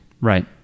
Right